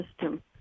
system